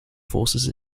forces